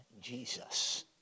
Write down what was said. Jesus